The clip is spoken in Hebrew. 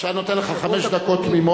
עכשיו אני נותן לך חמש דקות תמימות,